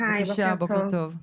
בוקר טוב.